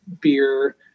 beer